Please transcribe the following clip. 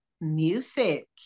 music